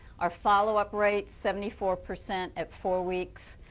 our follow up rate, seventy four percent at four weeks,